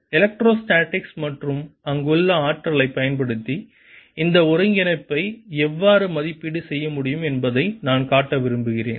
electrostatics மற்றும் அங்குள்ள ஆற்றலைப் பயன்படுத்தி இந்த ஒருங்கிணைப்பை எவ்வாறு மதிப்பீடு செய்ய முடியும் என்பதை நான் காட்ட விரும்புகிறேன்